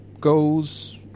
goes